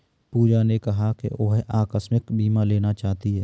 पूजा ने कहा कि वह आकस्मिक बीमा लेना चाहती है